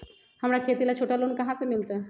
हमरा खेती ला छोटा लोने कहाँ से मिलतै?